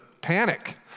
panic